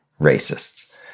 racists